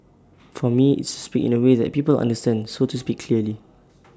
for me it's to speak in A way that people understand so to speak clearly